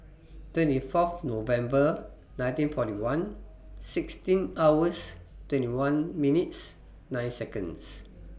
twenty Fourth November nineteen forty one sixteen hours twenty one minutes nine Seconds